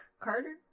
Carter